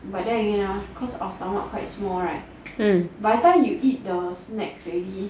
but then again nah cause our stomach quite small right by the time you eat the snacks already